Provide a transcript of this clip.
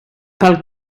pel